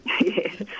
Yes